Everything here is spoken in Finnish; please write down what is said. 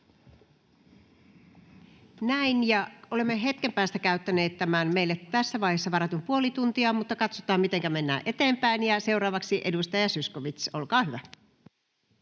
Näin. — Olemme hetken päästä käyttäneet tämän meille tässä vaiheessa varatun puoli tuntia, mutta katsotaan, mitenkä mennään eteenpäin. — Ja seuraavaksi edustaja Zyskowicz, olkaa hyvä.